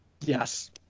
Yes